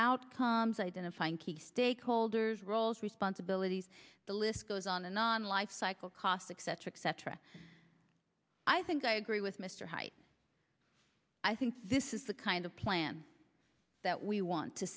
outcomes identifying key stakeholders roles responsibilities the list goes on and on lifecycle caustic cetera et cetera i think i agree with mr hyde i think this is the kind of plan that we want to